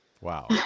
Wow